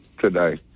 today